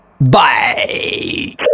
Bye